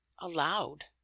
allowed